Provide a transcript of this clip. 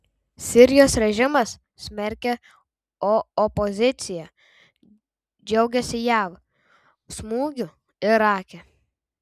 sirijos režimas smerkia o opozicija džiaugiasi jav smūgiu irake